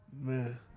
Man